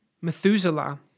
Methuselah